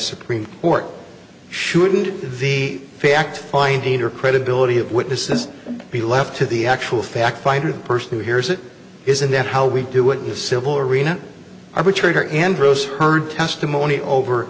supreme court shouldn't the fact finding or credibility of witnesses be left to the actual fact finder the person who hears it isn't that how we do it in the civil arena arbitrator andrews heard testimony over